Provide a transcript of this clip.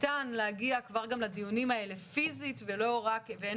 ניתן להגיע גם כבר לדיונים האלה פיזית ואין